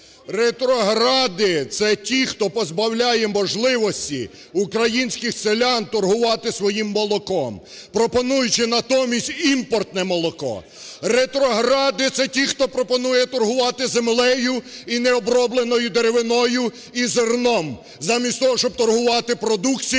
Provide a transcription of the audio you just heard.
Ретрогради – це ті, хто позбавляє можливості українських селян торгувати своїм молоком, пропонуючи натомість імпортне молоко. Ретрогради – це ті, хто пропонує торгувати землею і необробленою деревиною, і зерном замість того, щоб торгувати продукцією,